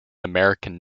american